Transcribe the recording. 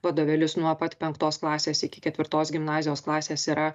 vadovėlius nuo pat penktos klasės iki ketvirtos gimnazijos klasės yra